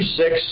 six